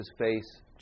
face